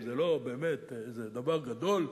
באמת, זה דבר גדול,